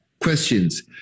questions